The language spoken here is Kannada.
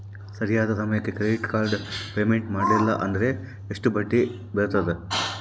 ಸರಿಯಾದ ಸಮಯಕ್ಕೆ ಕ್ರೆಡಿಟ್ ಕಾರ್ಡ್ ಪೇಮೆಂಟ್ ಮಾಡಲಿಲ್ಲ ಅಂದ್ರೆ ಎಷ್ಟು ಬಡ್ಡಿ ಬೇಳ್ತದ?